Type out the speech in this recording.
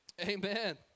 Amen